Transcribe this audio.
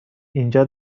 اینجا